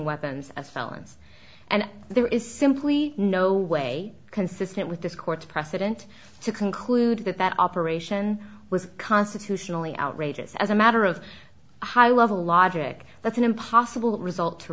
weapons as felons and there is simply no way consistent with this court's precedent to conclude that that operation was constitutionally outrageous as a matter of high level logic that's an impossible result to